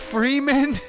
Freeman